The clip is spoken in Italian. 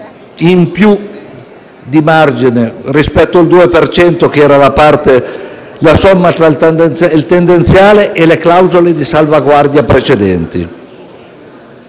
in più di margine rispetto al 2 per cento che era la somma tra il tendenziale e le clausole di salvaguardia precedenti